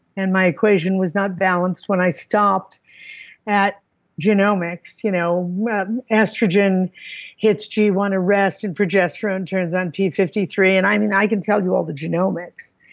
and my equation was not balanced when i stopped at genomics. you know estrogen hits g one arrest and progesterone turns on p five three. and i i can tell you all the genomics.